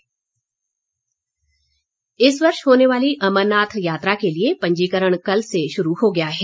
पंजीकरण इस वर्ष होने वाली अमरनाथ यात्रा के लिए पंजीकरण कल से शुरू हो गया है